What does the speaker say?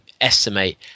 estimate